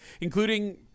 including